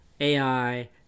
AI